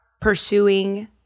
pursuing